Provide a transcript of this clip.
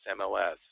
MLS